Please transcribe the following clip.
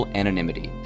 anonymity